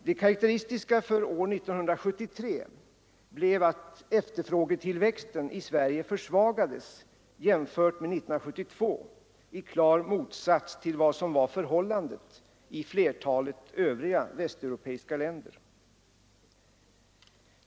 Det karakteristiska för år 1973 blev att efterfrågetillväxten i Sverige försvagades jämfört med 1972 i klar motsats till vad som var förhållandet i flertalet övriga västeuropeiska länder.